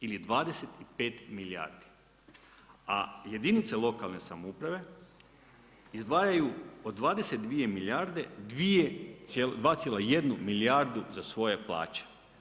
Ili 25 milijardi a jedinice lokalne samouprave izdvajaju od 22 milijarde, 2, 1 milijardu za svoje plaće.